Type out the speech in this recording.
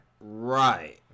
right